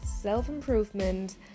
self-improvement